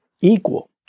equal